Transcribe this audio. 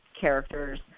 characters